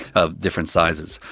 of different sizes.